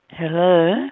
Hello